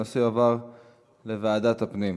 הנושא יועבר לוועדת הפנים.